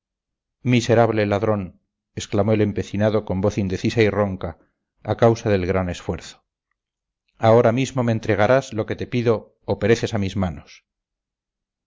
miserable ladrón exclamó el empecinado con voz indecisa y ronca a causa del gran esfuerzo ahora mismo me entregarás lo que te pido o pereces a mis manos